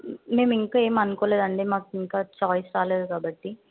మేము ఇంకా ఏమి అనుకోలేదండి మాకు ఇంకా ఛాయిస్ రాలేదు కాబట్టి